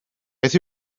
beth